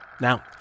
Now